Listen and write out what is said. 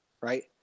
Right